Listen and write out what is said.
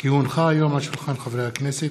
כי הונחה היום על שולחן הכנסת,